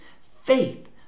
faith